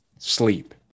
sleep